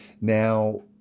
Now